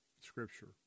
Scripture